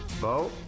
bo